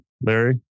Larry